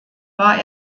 war